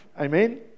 Amen